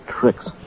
tricks